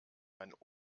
mein